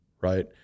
right